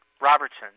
Robertson